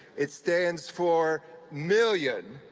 it stands for million,